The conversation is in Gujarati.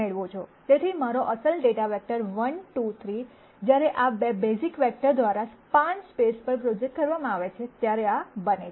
તેથી મારો અસલ ડેટા વેક્ટર 1 2 3 જ્યારે આ 2 બેઝિક વેક્ટર્સ દ્વારા સ્પાન સ્પેસ પર પ્રોજેક્ટ કરવા માં આવે છે ત્યારે આ બને છે